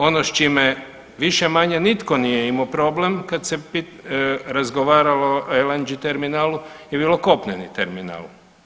Ono s čime više manje nitko nije imao problem kad se razgovaralo o LNG terminalu je bilo kopneni terminal.